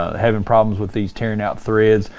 ah having problems with these tearing out threads.